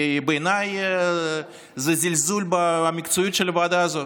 כי בעיניי זה זלזול במקצועיות של הוועדה הזו.